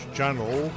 Channel